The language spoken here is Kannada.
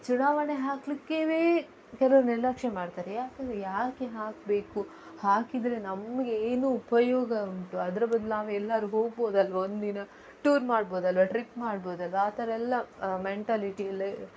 ಚುನಾವಣೆ ಹಾಕ್ಲಿಕ್ಕೇನೆ ಕೆಲವ್ರು ನಿರ್ಲಕ್ಷ್ಯ ಮಾಡ್ತಾರೆ ಯಾಕೆಂದರೆ ಯಾಕೆ ಹಾಕಬೇಕು ಹಾಕಿದ್ದರೆ ನಮಗೇನು ಉಪಯೋಗ ಉಂಟು ಅದ್ರ ಬದ್ಲು ನಾವು ಎಲ್ಲರೂ ಹೋಗ್ಬೋದಲ್ವ ಒಂದಿನ ಟೂರ್ ಮಾಡ್ಬೋದಲ್ವ ಟ್ರಿಪ್ ಮಾಡ್ಬೋದಲ್ವ ಆ ಥರ ಎಲ್ಲ ಮೆಂಟಾಲಿಟಿಯಲ್ಲೇ